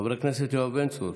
חבר הכנסת יואב בן צור